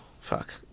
fuck